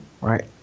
right